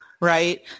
right